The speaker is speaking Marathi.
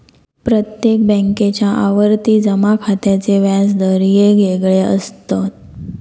प्रत्येक बॅन्केच्या आवर्ती जमा खात्याचे व्याज दर येगयेगळे असत